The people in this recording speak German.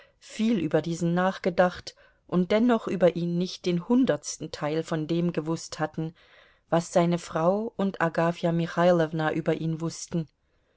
viel über diesen nachgedacht und dennoch über ihn nicht den hundertsten teil von dem gewußt hatten was seine frau und agafja michailowna über ihn wußten